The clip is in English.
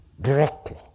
directly